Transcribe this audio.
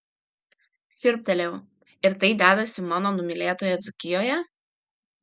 šiurptelėjau ir tai dedasi mano numylėtoje dzūkijoje